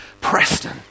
Preston